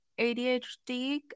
ADHD